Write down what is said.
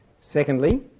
Secondly